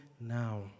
now